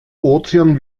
ozean